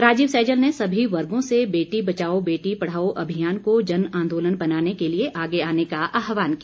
राजीव सैजल ने सभी वर्गों से बेटी बचाओ बेटी पढ़ाओ अभियान को जन आंदोलन बनाने के लिए आगे आने का आहवान किया